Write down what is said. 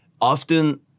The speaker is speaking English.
often